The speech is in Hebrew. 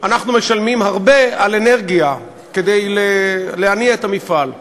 אנחנו משלמים הרבה על אנרגיה כדי להניע את המפעל.